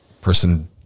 person